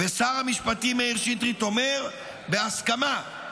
ושר המשפטים מאיר שטרית אומר: "בהסכמה".